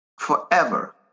forever